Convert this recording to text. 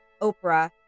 Oprah